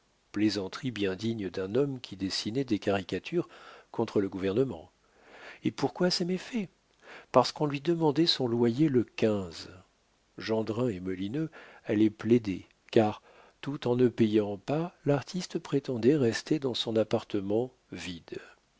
plaisanterie bien digne d'un homme qui dessinait des caricatures contre le gouvernement et pourquoi ces méfaits parce qu'on lui demandait son loyer le quinze gendrin et molineux allaient plaider car tout en ne payant pas l'artiste prétendait rester dans son appartement vide